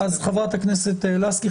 חברת הכנסת לסקי,